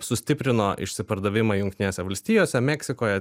sustiprino išsipardavimą jungtinėse valstijose meksikoje